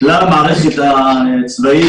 כלל המערכת הצבאית,